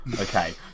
okay